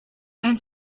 ein